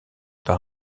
par